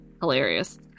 hilarious